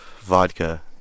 Vodka